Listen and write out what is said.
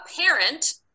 parent